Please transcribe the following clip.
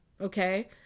okay